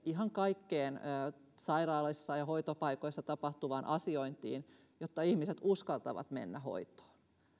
ihan kaikkeen sairaaloissa ja hoitopaikoissa tapahtuvaan asiointiin sellaisen ohjeistuksen että ihmiset uskaltavat mennä hoitoon